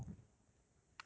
okay lah okay lah